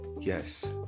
yes